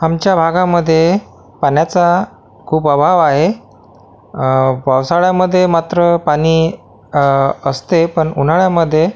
आमच्या भागामध्ये पाण्याचा खूप अभाव आहे पावसाळ्यामध्ये मात्र पाणी असते पण उन्हाळ्यामध्ये